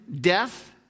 death